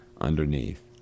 underneath